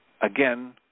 again